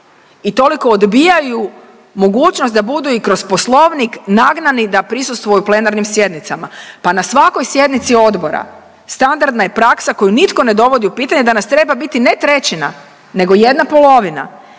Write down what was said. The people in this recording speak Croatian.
i toliko odbijaju mogućnost da budu i kroz Poslovnik nagnani da prisustvuju plenarnim sjednicama. Pa na svakoj sjednici Odbora, standardna je praksa koju nitko ne dovodi u pitanje, da nas treba biti, ne trećina, nego jedna polovina.